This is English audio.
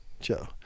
Joe